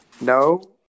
No